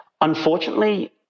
Unfortunately